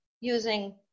using